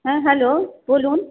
হ্যাঁ হ্যালো বলুন